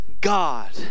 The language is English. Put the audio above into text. God